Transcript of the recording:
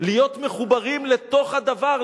להיות מחוברים לתוך הדבר,